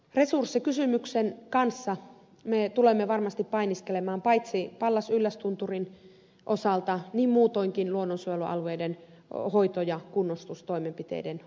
resurssikysymyksen kanssa me tulemme varmasti painiskelemaan paitsi pallasyllästunturin osalta muutoinkin luonnonsuojelualueiden hoito ja kunnostustoimenpiteiden osalta